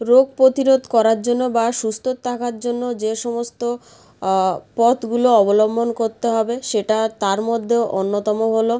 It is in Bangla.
রোগ প্রতিরোধ করার জন্য বা সুস্ত থাকার জন্য যে সমস্ত পথগুলো অবলম্বন করতে হবে সেটা তার মধ্যে অন্যতম হলো